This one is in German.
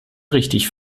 richtig